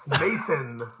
Mason